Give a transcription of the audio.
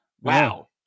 Wow